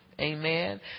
Amen